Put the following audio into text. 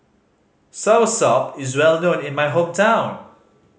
soursop is well known in my hometown